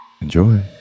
enjoy